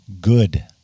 good